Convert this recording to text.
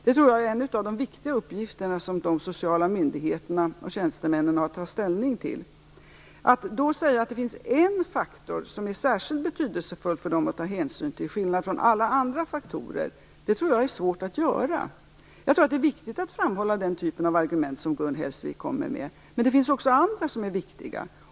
Det är en av de viktiga uppgifter som de sociala myndigheterna och tjänstemännen har att ta ställning till. Det är då svårt att säga att det finns en faktor som det är särskilt betydelsefullt för dem att ta hänsyn till, till skillnad från alla andra faktorer. Det är viktigt att framhålla den typ av argument som Gun Hellsvik kommer med, men det finns också andra som är viktiga.